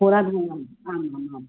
होराद्वयम् आमामाम्